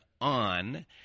on